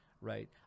Right